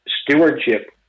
stewardship